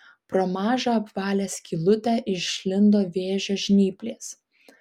pro mažą apvalią skylutę išlindo vėžio žnyplės